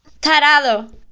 Tarado